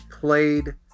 played